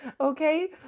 okay